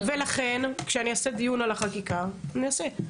ולכן, כשאני אעשה דיון על החקיקה, אני אעשה.